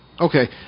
Okay